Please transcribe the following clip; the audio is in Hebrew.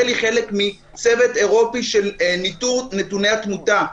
היא חלק מצוות אירופי של ניטור נתוני התמותה.